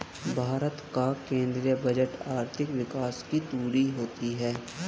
भारत का केंद्रीय बजट आर्थिक विकास की धूरी होती है